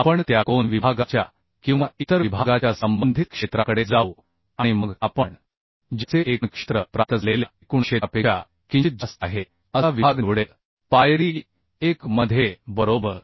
आपण त्या कोन विभागाच्या किंवा इतर विभागाच्या संबंधित क्षेत्राकडे जाऊ आणि मग आपण ज्याचे एकूण क्षेत्र प्राप्त झालेल्या एकूण क्षेत्रापेक्षा किंचित जास्त आहे असा विभाग निवडेल पायरी 1 मध्ये बरोबर